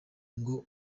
ngo